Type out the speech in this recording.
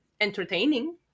entertaining